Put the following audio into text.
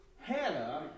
Hannah